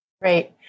Great